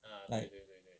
like